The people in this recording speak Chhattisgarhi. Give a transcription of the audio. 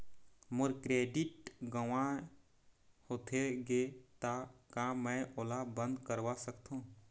मोर क्रेडिट गंवा होथे गे ता का मैं ओला बंद करवा सकथों?